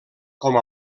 com